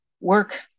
work